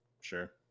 Sure